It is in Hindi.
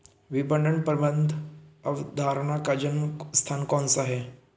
विपणन प्रबंध अवधारणा का जन्म स्थान कौन सा है?